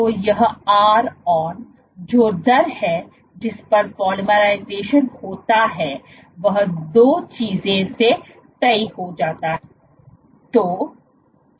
तो यह ron जो दर है जिस पर पॉलीमराइजेशन होता है वह दो चीजों से तय होता है